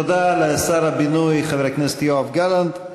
תודה לשר הבינוי והשיכון חבר הכנסת יואב גלנט.